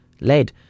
lead